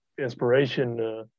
inspiration